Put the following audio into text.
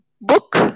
Book